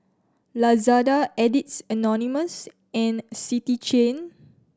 Lazada Addicts Anonymous and City Chain